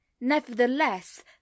Nevertheless